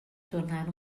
tornar